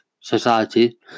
Society